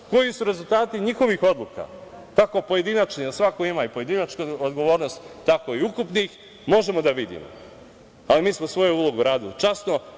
Koji su rezultati njihovih odluka, kako pojedinačnih, a svako ima i pojedinačnu odgovornost, tako i ukupnih, možemo da vidimo, ali mi smo svoju ulogu uradili časno.